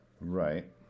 Right